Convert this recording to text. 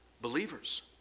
believers